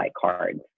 cards